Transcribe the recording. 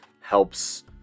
helps